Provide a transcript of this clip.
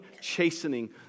chastening